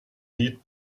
lied